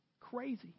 Crazy